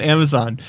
Amazon